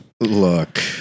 Look